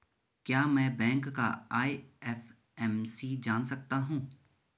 क्या मैं बैंक का आई.एफ.एम.सी जान सकता हूँ?